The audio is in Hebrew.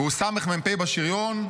והוא סמ"פ בשריון,